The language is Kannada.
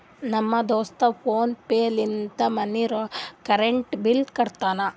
ನಮ್ ದೋಸ್ತ ಫೋನ್ ಪೇ ಲಿಂತೆ ಮನಿದು ಕರೆಂಟ್ ಬಿಲ್ ಕಟ್ಯಾನ್